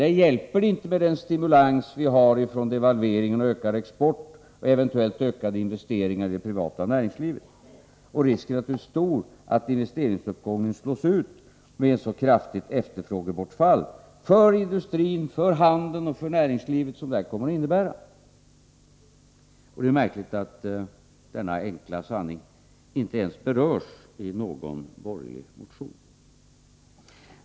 Det hjälper inte med den stimulans vi har från devalveringen i form av ökad export och eventuellt ökade investeringar i det privata näringslivet — risken är naturligtvis att investeringsuppgången slås ut med ett så kraftigt efterfrågebortfall för industrin, handeln och näringslivet som detta kommer att innebära. Det är märkligt att denna enkla sanning inte ens berörs i någon borgerlig motion.